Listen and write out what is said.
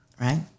right